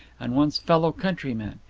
and one's fellow-countrymen.